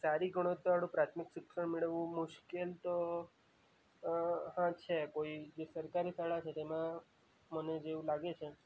સારી ગુણવતા વાળું પ્રાથમિક શિક્ષણ મેળવવું મુશ્કેલ તો છે કોઈ જે સરકારી શાળા છે તો એમાં મને જેવું લાગે છે